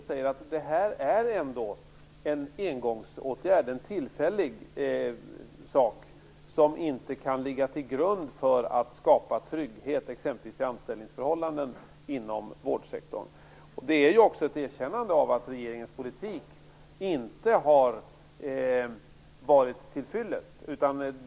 Där säger man att det här ändå är en engångsåtgärd, en tillfällig sak, som inte kan ligga till grund för att skapa trygghet i exempelvis anställningsförhållanden inom vårdsektorn. Det är ju också ett erkännande av att regeringens politik inte har varit till fyllest.